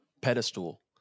pedestal